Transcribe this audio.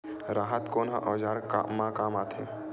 राहत कोन ह औजार मा काम आथे?